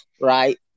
Right